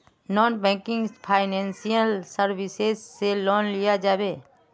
Non banking financial services से loan लिया जाबे?